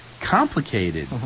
complicated